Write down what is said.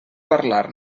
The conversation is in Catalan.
parlar